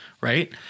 right